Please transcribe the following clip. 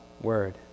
Word